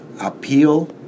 appeal